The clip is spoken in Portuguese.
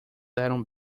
eram